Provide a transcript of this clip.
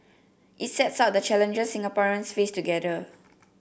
it sets out the challenges Singaporeans face together